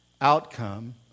outcome